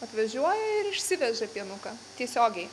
atvažiuoja ir išsiveža pienuką tiesiogiai